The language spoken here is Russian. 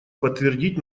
подтвердить